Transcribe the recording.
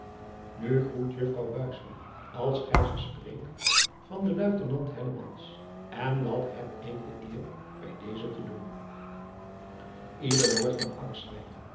u groet uffrouw als gij ze spreekt van den uitenant en dat eb ik de eer bij dezen te doen eder woord